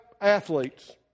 athletes